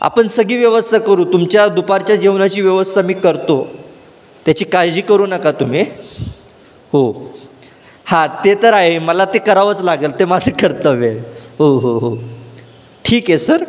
आपण सगळी व्यवस्था करू तुमच्या दुपारच्या जेवणाची व्यवस्था मी करतो त्याची काळजी करू नका तुम्ही हो हा ते तर आहे मला ते करावंच लागेल ते माझं कर्तव्य आहे हो हो हो ठीक आहे सर